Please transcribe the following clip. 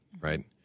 right